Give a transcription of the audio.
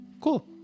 Cool